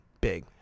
big